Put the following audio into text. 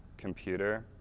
computer,